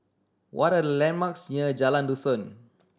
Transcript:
what are landmarks near Jalan Dusun